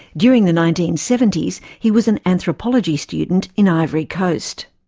during the nineteen seventy s, he was an anthropology student in ivory coast.